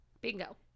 Bingo